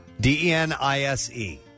D-E-N-I-S-E